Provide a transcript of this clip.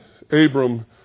Abram